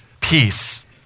peace